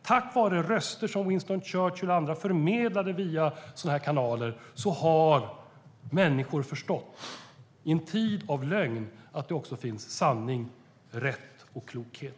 Tack vare röster som Winston Churchills och andras, förmedlade via sådana här kanaler, har människor i en tid av lögn förstått att det också finns sanning, rätt och klokhet.